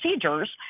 procedures